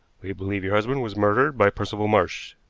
we believe your husband was murdered by percival marsh,